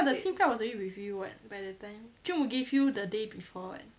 the SIM card was already with you [what] by the time 舅母 gave you the day before [what]